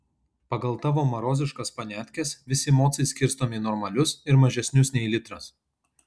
pagal tavo maroziškas paniatkes visi mocai skirstomi į normalius ir mažesnius nei litras